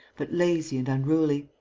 but lazy and unruly.